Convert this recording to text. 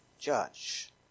judge